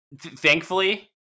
thankfully